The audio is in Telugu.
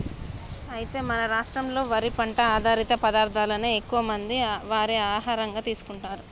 అయితే మన రాష్ట్రంలో వరి పంట ఆధారిత పదార్థాలనే ఎక్కువ మంది వారి ఆహారంగా తీసుకుంటారు